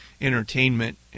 entertainment